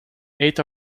eight